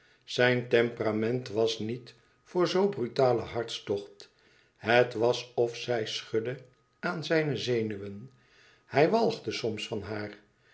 zijn temperament was niet voor zoo brutalen hartstocht het was of zij schudde aan zijne zenuwen hij walgde soms van haar